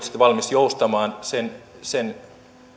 valmis joustamaan sen sen